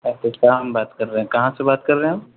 اچھا قیام بات کر رہے ہیں کہاں سے بات کر رہے ہیں